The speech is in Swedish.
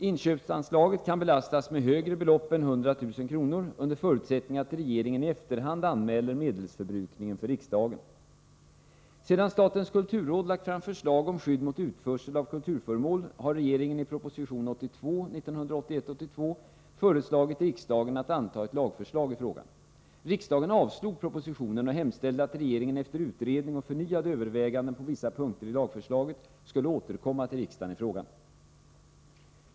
Inköpsanslaget kan belastas med högre belopp än 100 000 kr., under förutsättning att regeringen i efterhand anmäler medelsförbrukningen för riksdagen. Sedan statens kulturråd lagt fram förslag om skydd mot utförsel av kulturföremål har regeringen i proposition 1981/82:82 föreslagit riksdagen att anta ett lagförslag i frågan. Riksdagen avslog propositionen och hemställde att regeringen efter utredning och förnyade överväganden på vissa punkter i lagförslaget skulle återkomma till riksdagen i frågan.